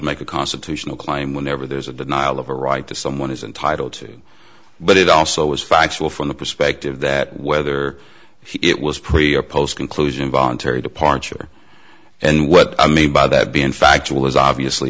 make a constitutional claim whenever there's a denial of a right to someone is entitled to but it also was factual from the perspective that whether it was pretty or post conclusion voluntary departure and what i mean by that being factual is obviously